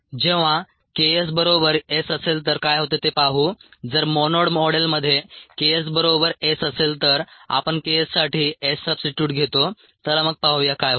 जेव्हा K s बरोबर S असेल तर काय होते ते पाहू जर मोनोड मॉडेलमध्ये Ks बरोबर S असेल तर आपण Ks साठी S सबस्टीट्युट घेतो चला मग पाहूया काय होते